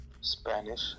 Spanish